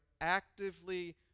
actively